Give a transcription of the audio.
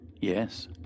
Yes